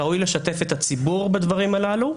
ראוי לשתף את הציבור בדברים הללו.